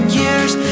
years